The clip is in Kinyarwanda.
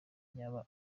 yaba